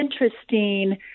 interesting